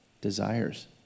desires